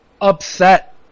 upset